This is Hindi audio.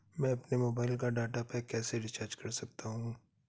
मैं अपने मोबाइल का डाटा पैक कैसे रीचार्ज कर सकता हूँ?